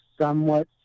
somewhat